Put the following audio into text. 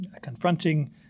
confronting